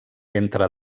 entre